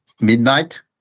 midnight